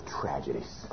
tragedies